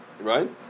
Right